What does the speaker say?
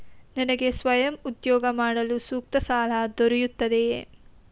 ನನಗೆ ಸ್ವಯಂ ಉದ್ಯೋಗ ಮಾಡಲು ಸೂಕ್ತ ಸಾಲ ದೊರೆಯುತ್ತದೆಯೇ?